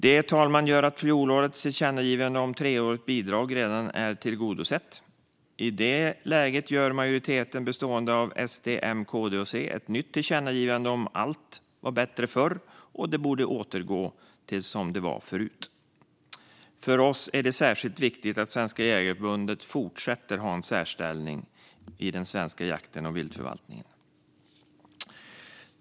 Detta gör att fjolårets tillkännagivande om ett treårigt bidrag redan är tillgodosett, fru talman. I det läget ställer sig majoriteten bestående av SD, M, KD och C bakom ett nytt tillkännagivande om att allt var bättre förr och borde återgå till hur det var då. För oss är det särskilt viktigt att Svenska Jägareförbundet fortsätter ha en särställning i den svenska jakten och viltförvaltningen.